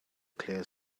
clear